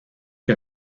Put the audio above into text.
que